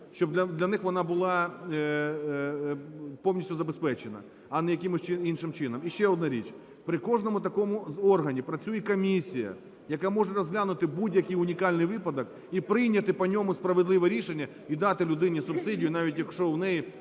щоб для них вона була повністю забезпечена, а не якимось іншим чином. І ще одна річ. При кожному такому органі працює комісія, яка може розглянути будь-який унікальний випадок і прийняти по ньому справедливе рішення і дати людині субсидію, навіть якщо у неї